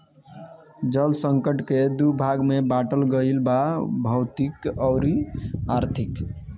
जल संकट के दू भाग में बाटल गईल बा भौतिक अउरी आर्थिक